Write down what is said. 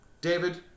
David